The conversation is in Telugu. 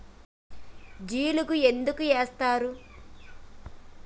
జిలుగు ఎందుకు ఏస్తరు?